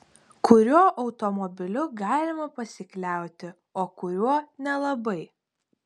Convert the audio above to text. kuriuo automobiliu galima pasikliauti o kuriuo nelabai